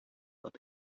that